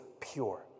pure